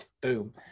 boom